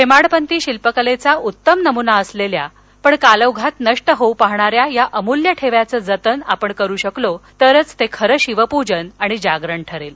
हेमाडपती शिल्पकलेचा उत्तम नम्ना असलेल्या पण कालौघात नष्ट होऊ पाहणाऱ्या या अमूल्य ठेव्याचं जतन आपण करू शकलो तर ते खरं शिवपूजन आणि जागरण ठरेल